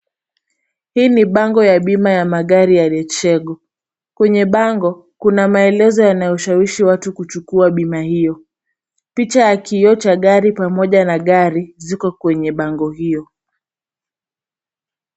Hii ni bango ya bima ya magari ya Leshego. Kwenye bango kuna maelezo yanayoshawishi watu kuchukua bima hiyo. Picha ya kioo cha gari pamoja na gari ziko kwenye bango hiyo.